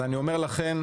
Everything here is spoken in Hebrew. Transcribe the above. ואני אומר לכן,